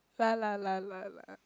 la la la la la